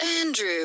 Andrew